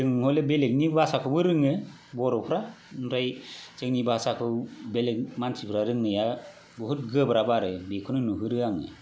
जों हले बेलेगनि भाषाखौबो रोङो बर'फ्रा ओमफ्राय जोंनि भाषाखौ बेलेग मानसिफोरा रोंनाया बहुत गोब्राब आरो बेखौनो नुहरो आङो